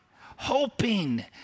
hoping